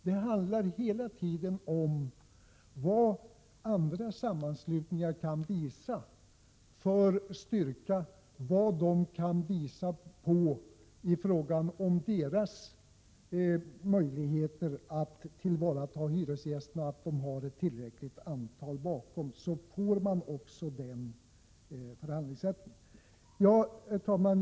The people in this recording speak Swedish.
Det handlar hela tiden om vilken styrka och vilka möjligheter att tillvarata hyresgästernas intressen som andra sammanslutningar kan visa upp. Har man ett tillräckligt antal hyresgäster bakom sig får man också förhandlingsrätten. Herr talman!